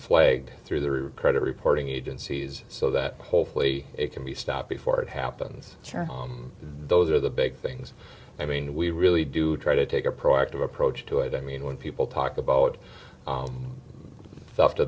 flagged through the credit reporting agencies so that hopefully it can be stopped before it happens those are the big things i mean we really do try to take a proactive approach to it i mean when people talk about